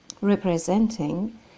representing